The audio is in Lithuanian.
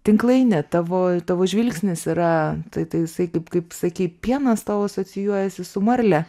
tinklainė tavo tavo žvilgsnis yra tai tai jisai kaip kaip sakei pienas tau asocijuojasi su marle